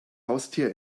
haustier